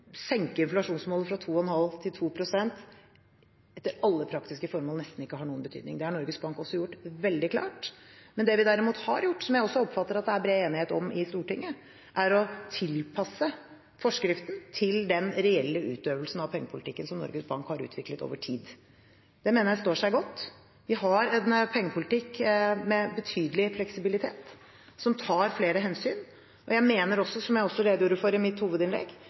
senke inflasjonsmålet fra 2,5 pst. til 2 pst. for alle praktiske formål nesten ikke har noen betydning. Det har også Norges Bank gjort veldig klart. Men det vi derimot har gjort, og som jeg også oppfatter at det er bred enighet om i Stortinget, er å tilpasse forskriften til den reelle utøvelsen av pengepolitikken som Norges Bank har utviklet over tid. Jeg mener den står seg godt. Vi har en pengepolitikk med betydelig fleksibilitet, som tar flere hensyn, og jeg mener også, som jeg også redegjorde for i mitt hovedinnlegg,